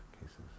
cases